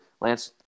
Lance